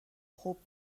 خوب